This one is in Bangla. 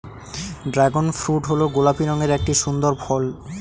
ড্র্যাগন ফ্রুট হল গোলাপি রঙের একটি সুন্দর ফল